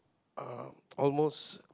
uh almost